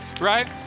right